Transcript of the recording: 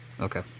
Okay